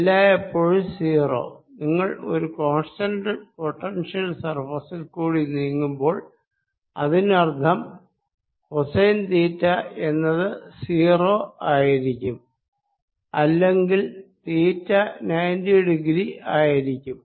എല്ലായെപ്പോഴും 0 നിങ്ങൾ ഒരു constant potential സർഫേസിൽ കൂടി നീങ്ങുമ്പോൾ അതിനർത്ഥം കോസൈൻ തീറ്റ എന്നത് 0 ആയിരിക്കും അല്ലെങ്കിൽ തീറ്റ 90 ഡിഗ്രി ആയിരിക്കും